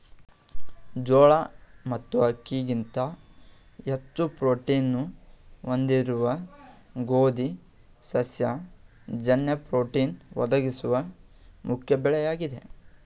ಜೋಳ ಮತ್ತು ಅಕ್ಕಿಗಿಂತ ಹೆಚ್ಚು ಪ್ರೋಟೀನ್ನ್ನು ಹೊಂದಿರುವ ಗೋಧಿ ಸಸ್ಯ ಜನ್ಯ ಪ್ರೋಟೀನ್ ಒದಗಿಸುವ ಮುಖ್ಯ ಬೆಳೆಯಾಗಿದೆ